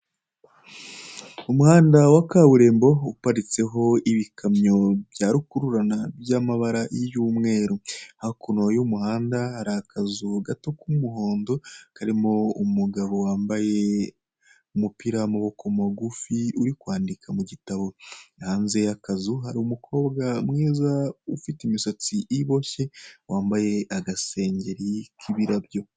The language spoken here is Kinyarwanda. Umuhanda wa kaburembo, uparitseho ibikamyo bya rukururana by'amabara y'umweru, hakuno y'umuhanda hari akazu gato k'umuhondo karimo umugabo wambaye umupira w'amaboko magufi, uri kwandika mu gitabo, hanze y'akazu hari umukobwa mwiza ufite imisatsi iboshye wambaye agasengeri k'ibirabyo.